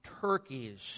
turkeys